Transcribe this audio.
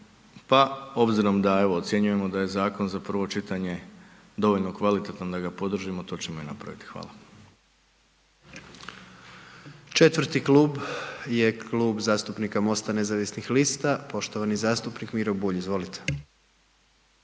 pa obzirom da evo ocjenjujemo da je zakon za prvo čitanje dovoljno kvalitetan da ga podržimo, to ćemo i napraviti, hvala. **Jandroković, Gordan (HDZ)** Četvrti klub je Klub zastupnika MOST-a nezavisnih lista, poštovani zastupnik Miro Bulj, izvolite.